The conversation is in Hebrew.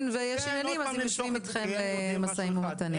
ויש עניינים אז יושבים אתכם למשא ומתן.